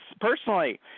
personally